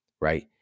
right